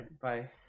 bye